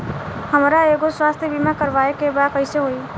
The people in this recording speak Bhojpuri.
हमरा एगो स्वास्थ्य बीमा करवाए के बा कइसे होई?